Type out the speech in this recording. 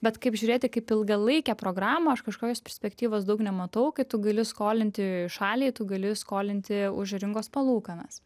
bet kaip žiūrėti kaip ilgalaikę programą aš kažkokios perspektyvos daug nematau kai tu gali skolinti šaliai tu gali skolinti už rinkos palūkanas